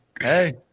Hey